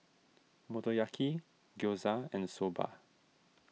Motoyaki Gyoza and the Soba